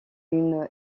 une